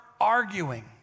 arguing